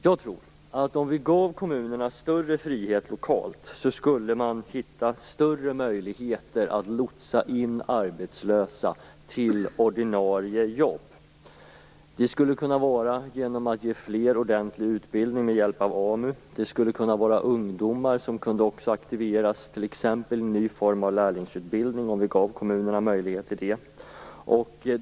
Jag tror att om vi gav kommunerna större frihet lokalt, skulle man hitta större möjligheter att lotsa in arbetslösa till ordinarie jobb. Det skulle kunna vara genom att ge fler ordentlig utbildning med hjälp av AMU. Ungdomar skulle kunna aktiveras t.ex. genom lärlingsutbildning, om vi gav kommunerna möjlighet till det.